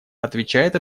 отвечает